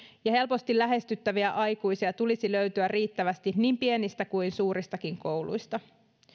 ja helposti lähestyttäviä aikuisia tulisi löytyä riittävästi niin pienistä kuin suuristakin kouluista